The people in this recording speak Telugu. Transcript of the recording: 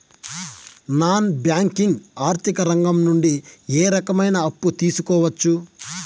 నాన్ బ్యాంకింగ్ ఆర్థిక రంగం నుండి ఏ రకమైన అప్పు తీసుకోవచ్చు?